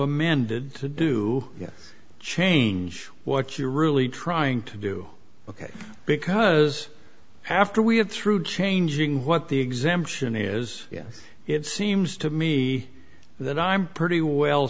amended to do you change what you're really trying to do ok because after we have through changing what the exemption is yes it seems to me that i'm pretty well